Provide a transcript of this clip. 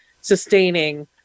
sustaining